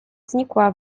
znikła